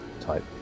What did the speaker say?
type